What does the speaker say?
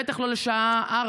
בטח לא לשעה 16:00,